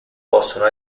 possono